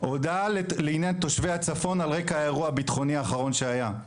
הודעה לעניין תושבי הצפון על רקע האירוע הבטחוני האחרון שהיה,